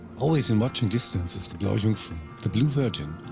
always in watching distance is the bla jungfrun the blue virgin.